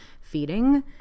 feeding